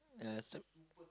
uh so